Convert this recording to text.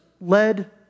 led